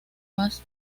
más